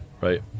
right